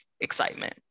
excitement